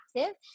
active